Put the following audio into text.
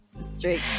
straight